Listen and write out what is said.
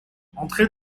entrez